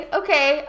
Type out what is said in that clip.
okay